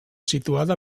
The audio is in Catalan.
situada